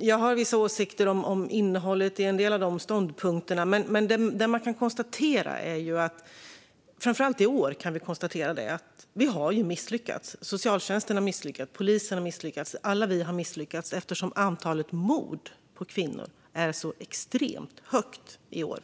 Jag har vissa åsikter om innehållet i en del av ståndpunkterna, men det vi kan konstatera - framför allt i år - är att vi har misslyckats. Socialtjänsten har misslyckats, polisen har misslyckats och alla vi har misslyckats eftersom antalet mord på kvinnor är så extremt högt i år.